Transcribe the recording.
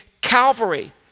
Calvary